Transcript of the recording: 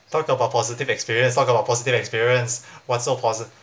talk about positive experience talk about positive experience what's so posi~